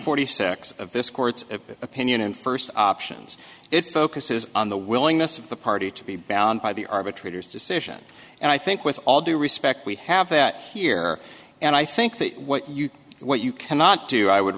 forty six of this court's opinion and first options it focuses on the willingness of the party to be bound by the arbitrator's decision and i think with all due respect we have that here and i think that what you what you cannot do i would